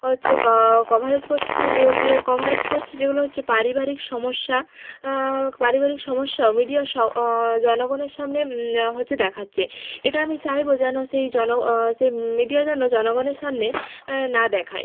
হচ্ছে কভারেজ করছে যেই যে কভারেজ করছে যেগুলো হচ্ছে পারিবারিক সমস্যা পারিবারিক সমস্যা মিডিয়া জনগণের সামনে হচ্ছে দেখাচ্ছে এটা আমি চাইবো যেন সেই জন সেই মিডিয়া যেন জনগণের সামনে না দেখায়